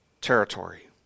territory